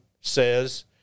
says